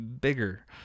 bigger